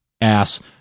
ass